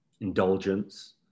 indulgence